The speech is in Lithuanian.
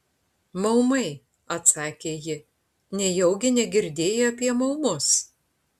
maumai atsakė ji nejaugi negirdėjai apie maumus